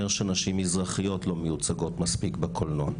שנשים מזרחיות לא מיוצגות מספיק בקולנוע.